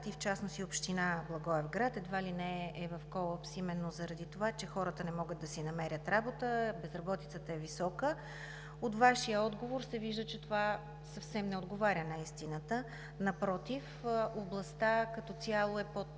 в частност и община Благоевград, едва ли не е в колапс именно заради това, че хората не могат да си намерят работа – безработицата е висока. От Вашия отговор се вижда, че това съвсем не отговаря на истината, напротив, областта като цяло е под